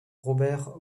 robert